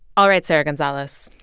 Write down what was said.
all right, sarah gonzalez,